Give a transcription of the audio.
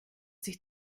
sich